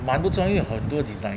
满都状与很多 design